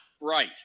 right